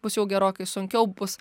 bus jau gerokai sunkiau bus